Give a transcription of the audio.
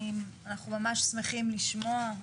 אנחנו ממש שמחים לשמוע.